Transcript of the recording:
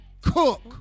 Cook